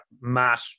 Matt